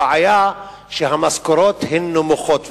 הבעיה היא שהמשכורות הן נמוכות.